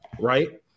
right